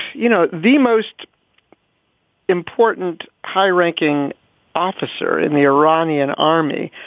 you know, the most important high ranking officer in the iranian army,